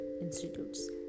institutes